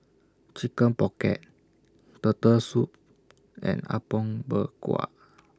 Chicken Pocket Turtle Soup and Apom Berkuah